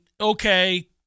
okay